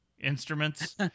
instruments